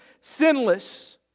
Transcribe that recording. sinless